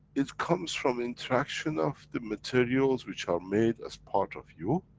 it comes from interaction of the materials, which are made as part of you,